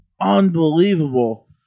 unbelievable